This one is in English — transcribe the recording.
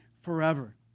forever